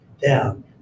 down